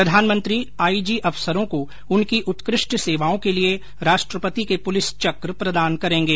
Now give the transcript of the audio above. प्रधानमंत्री आईजी अफसरों को उनकी उत्कृष्ट सेवाओं के लिए राष्ट्रपति के पुलिस चक्र प्रदान करेंगे